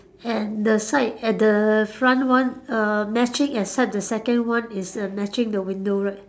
and the side at the front one err matching except the second one is err matching the window right